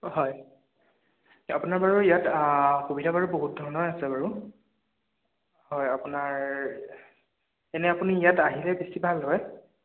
হয় আপোনাৰ বাৰু ইয়াত সুবিধা বাৰু বহুত ধৰণৰ আছে বাৰু হয় আপোনাৰ এনেই আপুনি ইয়াত আহিলে বেছি ভাল হয়